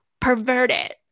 perverted